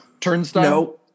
Turnstile